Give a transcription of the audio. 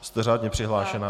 Jste řádně přihlášena.